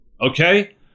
okay